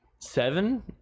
Seven